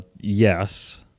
Yes